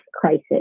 crisis